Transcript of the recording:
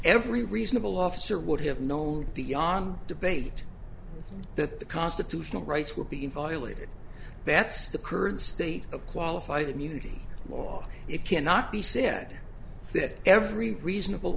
every reasonable officer would have known beyond debate that the constitutional rights were being violated that's the current state of qualified immunity law it cannot be said that every reasonable